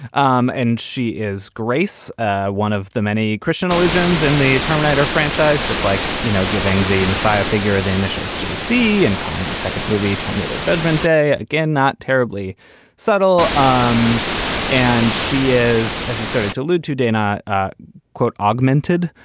um and she is grace one of the many christian allusions in and the terminator franchise just like you know giving the messiah figure the initials j c. and calling the second movie terminator judgment day. again not terribly subtle. um and she is as you started to allude to dana quote augmented.